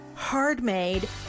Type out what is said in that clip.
hard-made